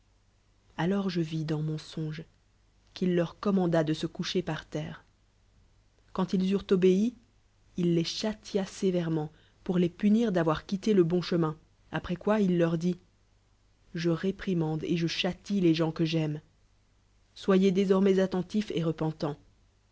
alors je vis dans mon songe qu'il leur commanda de se coucher par terre quand ils eurent obéi il les châtia sévèrement pour les punir d'avoir qujtté le bon chemio après qpoi il leur dit je réprimande et je mtie les gens que j'aime soyez désormais attentifs et repentants